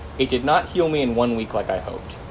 it did not heal me in one week like i hoped.